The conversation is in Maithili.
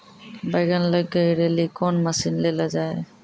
बैंगन लग गई रैली कौन मसीन ले लो जाए?